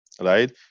right